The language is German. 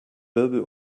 wirbel